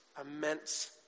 immense